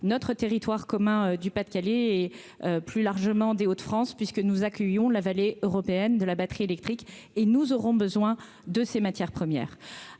notre territoire commun du Pas-de-Calais et plus largement des Hauts-de-France puisque nous accueillons la vallée européenne de la batterie électrique et nous aurons besoin de ces matières premières